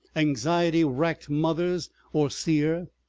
anxiety-racked mothers or sere,